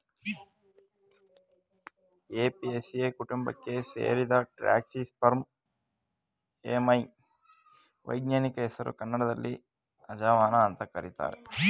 Apiaceae ಕುಟುಂಬಕ್ಕೆ ಸೇರಿದ Trachyspermum ammi ವೈಜ್ಞಾನಿಕ ಹೆಸರು ಕನ್ನಡದಲ್ಲಿ ಅಜವಾನ ಅಂತ ಕರೀತಾರೆ